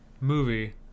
movie